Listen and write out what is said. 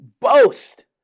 boast